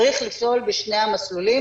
צריך לפעול בשני המסלולים,